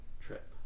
trip